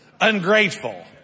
Ungrateful